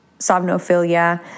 somnophilia